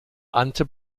ante